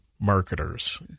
marketers